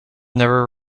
never